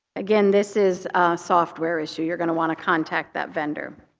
again, this is a software issue. you're going to want to contact that vendor.